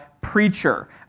preacher